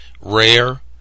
rare